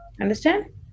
understand